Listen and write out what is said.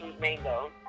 mango